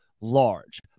large